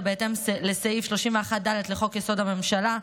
בהתאם לסעיף 31(ד) לחוק-יסוד: הממשלה,